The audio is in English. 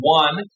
one